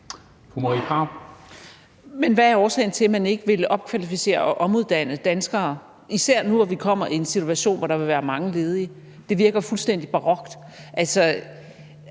hvad er årsagen til, at man ikke vil opkvalificere og omuddanne danskere, især nu, hvor vi kommer i en situation, hvor der vil være mange ledige? Det virker fuldstændig barokt.